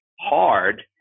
hard